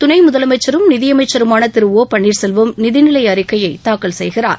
துணை முதலமைச்சரும் நிதி அமைச்சருமான திரு ஒ பன்னீர்செல்வம் நிதி நிலை அறிக்கையை தாக்கல் செய்கிறார்